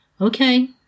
Okay